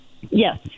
Yes